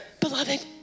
Beloved